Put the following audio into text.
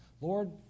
Lord